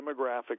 demographic